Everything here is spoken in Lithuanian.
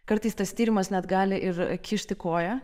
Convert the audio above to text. kartais tas tyrimas net gali ir kišti koją